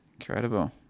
Incredible